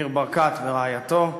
ניר ברקת ורעייתו,